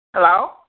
Hello